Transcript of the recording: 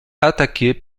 attaquer